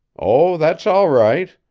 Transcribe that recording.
oh, that's all right,